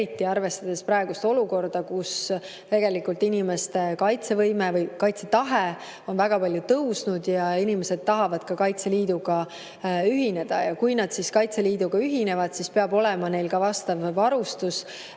arvestades praegust olukorda, kus tegelikult inimeste kaitsetahe on väga palju suurenenenud ja inimesed tahavad ka Kaitseliiduga ühineda. Ja kui nad siis Kaitseliiduga ühinevad, siis peab neil olema ka vastav varustus.